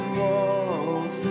walls